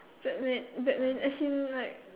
Batman Batman as in like